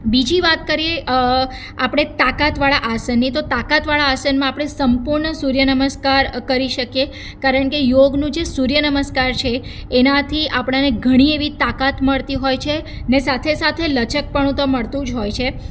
બીજી વાત કરીયે આપણે તાકાતવાળા આસનની તો તાકાતવાળા આસનમાં આપણે સંપૂર્ણ સૂર્યનમસ્કાર કરી શકીએ કારણ કે યોગનું જે સૂર્યનમસ્કાર છે એનાથી આપણાને ઘણી એવી તાકાત મળતી હોય છે ને સાથે સાથે લચકપણું તો મળતું જ હોય છે